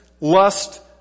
lust